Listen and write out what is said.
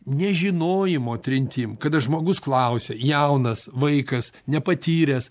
nežinojimo trintim kada žmogus klausia jaunas vaikas nepatyręs